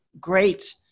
great